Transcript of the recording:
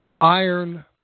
iron